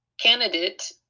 candidate